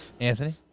Anthony